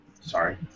sorry